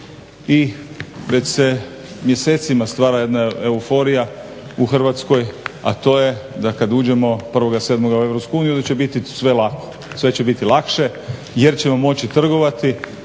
i već se mjesecima stvara jedna euforija u Hrvatskoj a to je da kada uđemo 1. 7. u Europsku uniju da će biti sve lako, sve će biti lakše jer ćemo moći trgovati.